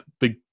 big